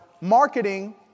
marketing